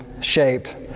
shaped